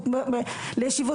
וישיבות